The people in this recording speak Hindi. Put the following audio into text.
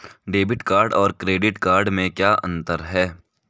डेबिट कार्ड और क्रेडिट कार्ड में क्या अंतर है?